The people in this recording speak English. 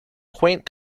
quaint